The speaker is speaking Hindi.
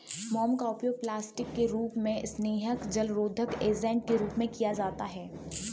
मोम का उपयोग प्लास्टिक के रूप में, स्नेहक, जलरोधक एजेंट के रूप में किया जाता है